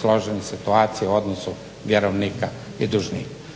složena situacija u odnosu vjerovnika i dužnika.